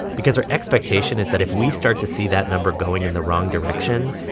because our expectation is that if we start to see that number going in the wrong direction,